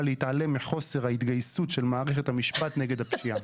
להתעלם מחוסר ההתגייסות של מערכת המשפט נגד הפשיעה.